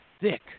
thick